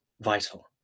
vital